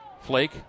Flake